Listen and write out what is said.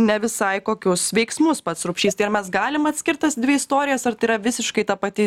ne visai kokius veiksmus pats rupšys tai ar mes galim atskirt tas dvi istorijas ar tai yra visiškai ta pati